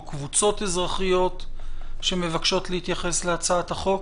קבוצות אזרחיות שמבקשות להתייחס להצעת החוק.